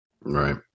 Right